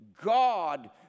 God